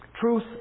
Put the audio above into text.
truth